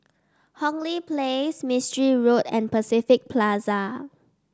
Hong Lee Place Mistri Road and Pacific Plaza